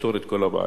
נפתור את כל הבעיות.